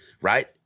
right